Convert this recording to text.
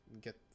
get